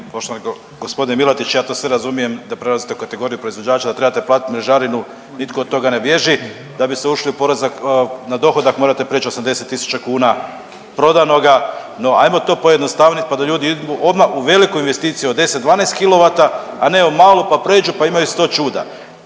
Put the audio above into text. Poštovani g. Milatić, ja to sve razumijem da prelazite u kategoriju proizvođača i trebate platit mrežarinu, nitko od toga ne bježi, da biste ušli u porez na dohodak morate preć 80 tisuća kuna prodanoga, no ajmo to pojednostavnit, pa da ljudi idu odma u veliku investiciju od 10-12 kilovata, a ne u malu, pa pređu, pa imaju sto čuda.